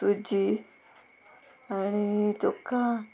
सुजी आनी तुका